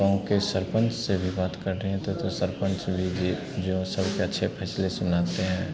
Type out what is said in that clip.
गाँव के सरपंच से भी बात करते हैं तो जो सरपंच लीजिए जो सबसे अच्छे फैसले सुनाते हैं